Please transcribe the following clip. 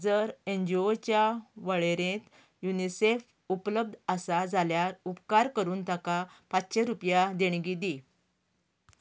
जर एन जी ओच्या वळेरेंत युनॅस्को उपलब्ध आसा जाल्यार उपकार करून ताका पांचशे रुपया देणगी दी